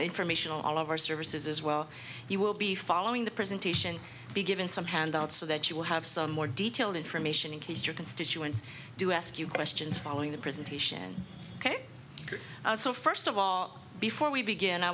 informational all of our services as well you will be following the presentation be given some handouts so that you will have some more detailed information in case your constituents do ask you questions following the presentation ok so first of all before we begin i